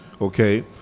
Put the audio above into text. Okay